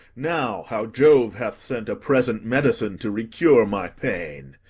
now, how jove hath sent a present medicine to recure my pain!